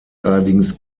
allerdings